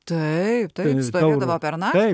taip taip stovėdavo per naktį